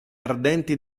ardenti